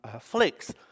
flakes